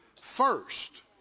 first